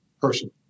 person